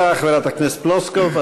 תודה, חברת הכנסת פלוסקוב.